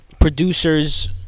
producers